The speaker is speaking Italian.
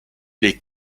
dei